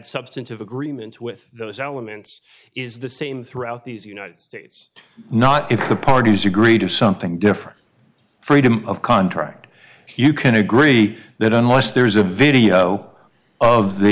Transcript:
substantive agreements with those elements is the same throughout these united states not if the parties agree to something different freedom of contract you can agree that unless there is a video of the